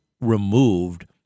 removed—